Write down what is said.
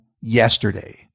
yesterday